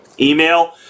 email